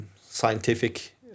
scientific